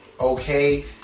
okay